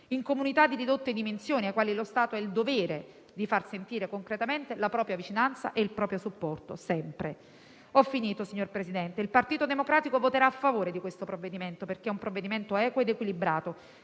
in comunità di ridotte dimensioni, alle quali lo Stato ha il dovere di far sentire concretamente la propria vicinanza e il proprio supporto, sempre. Signor Presidente, il Partito Democratico voterà a favore di questo provvedimento, perché è equo ed equilibrato